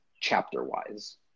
chapter-wise